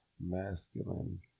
masculine